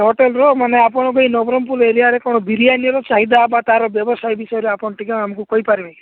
ହୋଟେଲର ମାନେ ଆପଣଙ୍କ ଏଇ ନବରମପୁର ଏରିଆରେ କ'ଣ ବିରିୟାନିର ଚାହିଦା ବା ତାର ବ୍ୟବସାୟ ବିଷୟରେ ଆପଣ ଟିକିଏ ଆମକୁ କହିପାରିବେ